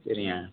சரிங்க